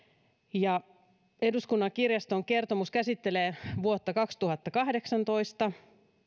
ja eduskunnan kirjaston kertomus käsittelee vuotta kaksituhattakahdeksantoista